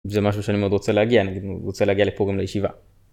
זה משהו שאני מאוד רוצה להגיע אני רוצה להגיע לפה גם לישיבה.